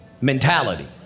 mentality